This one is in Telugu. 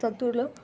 సొంతూర్లో